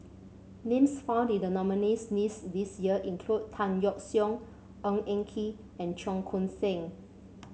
names found in the nominees' list this year include Tan Yeok Seong Ng Eng Kee and Cheong Koon Seng